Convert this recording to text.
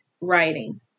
writing